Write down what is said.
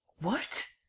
what!